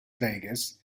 vegas